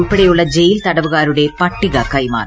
ഉൾപ്പെടെയുള്ള ജയിൽ തട്വുകാരുടെ പട്ടിക കൈമാറി